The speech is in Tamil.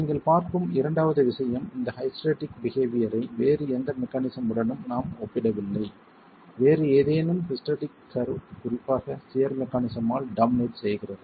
நீங்கள் பார்க்கும் இரண்டாவது விஷயம் இந்த ஹைஸ்டெரெடிக் பிஹேவியர் ஐ வேறு எந்த மெக்கானிஸம் உடனும் நாம் ஒப்பிடவில்லை வேறு ஏதேனும் ஹிஸ்டெரெடிக் கர்வ் குறிப்பாக சியர் மெக்கானிஸம்ஆல் டாமினேட் செய்கிறது